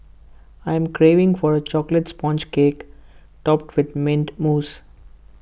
I am craving for A Chocolate Sponge Cake Topped with Mint Mousse